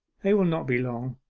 they will not be long.